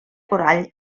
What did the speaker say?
corall